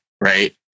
right